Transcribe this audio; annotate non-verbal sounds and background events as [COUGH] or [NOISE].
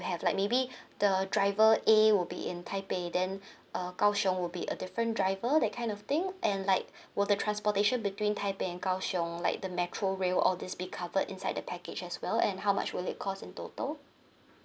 have like maybe the driver A will be in taipei then [BREATH] uh kaohsiung will be a different driver that kind of thing and like will the transportation between taipei and kaohsiung like the metro rail all these be covered inside the package as well and how much will it cost in total